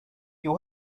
you